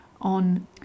on